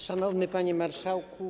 Szanowny Panie Marszałku!